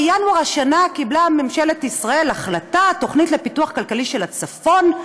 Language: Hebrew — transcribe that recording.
בינואר השנה קיבלה ממשלת ישראל החלטה: תוכנית לפיתוח כלכלי של הצפון,